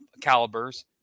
calibers